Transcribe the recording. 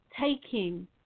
taking